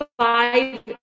five